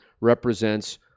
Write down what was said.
represents